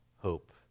hope